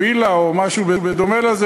וילה או משהו בדומה לזה,